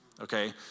okay